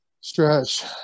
stretch